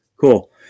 Cool